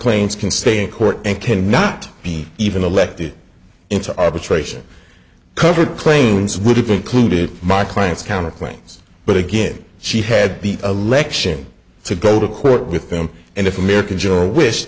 claims can stay in court and can not be even elected into arbitration covered planes would have included my clients counterclaims but again she had the election to go to court with them and if american joe wish